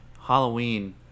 Halloween